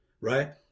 right